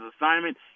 assignment